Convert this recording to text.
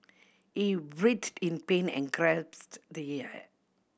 he writhed in pain and gasped the air